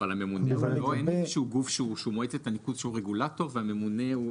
אבל אין איזשהו גוף של מועצת הניקוז שהוא רגולטור והממונה בראשו.